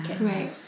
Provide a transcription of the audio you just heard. Right